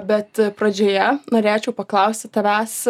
bet pradžioje norėčiau paklausti tavęs